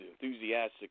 enthusiastic